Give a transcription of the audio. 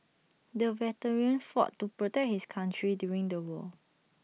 the veteran fought to protect his country during the war